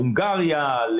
להונגריה,